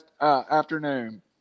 afternoon